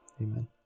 Amen